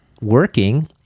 working